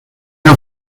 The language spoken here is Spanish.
han